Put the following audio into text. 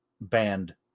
band